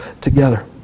together